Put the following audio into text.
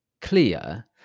clear